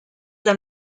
dans